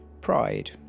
pride